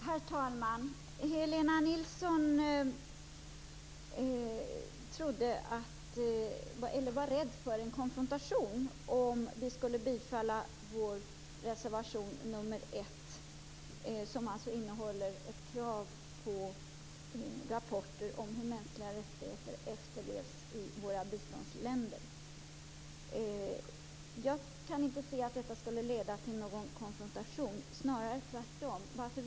Herr talman! Helena Nilsson var rädd för en konfrontation om vår reservation nr 1 skulle bifallas. Den innehåller alltså ett krav på rapporter om hur mänskliga rättigheter efterlevs i våra biståndsländer. Jag kan inte se att detta skulle leda till någon konfrontation, snarare tvärtom.